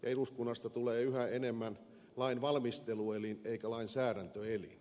eduskunnasta tulee yhä enemmän lainvalmisteluelin eikä lainsäädäntöelin